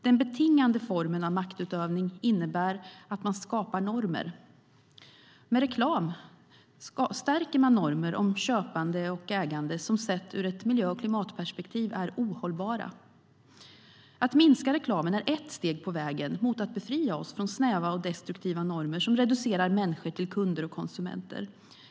Den betingande formen av maktutövning innebär att man skapar normer. Med reklam stärker man normer om köpande och ägande som sett ur ett miljö och klimatperspektiv är ohållbara. Att minska reklamen är ett steg på vägen mot att befria oss från snäva och destruktiva normer som reducerar människor till kunder och konsumenter.